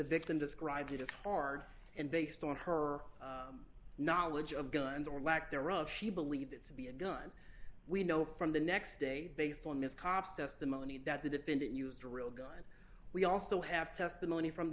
victim described it as hard and based on her knowledge of guns or lack thereof she believed to be a gun we know from the next day based on ms cops testimony that the defendant used a real gun we also have testimony from the